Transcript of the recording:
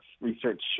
research